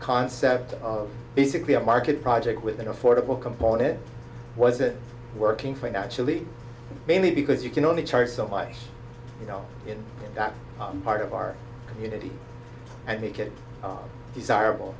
concept of basically a market project with an affordable component wasn't working financially mainly because you can only charge somebody you know in that part of our community and make it desirable